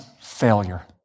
Failure